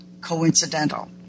coincidental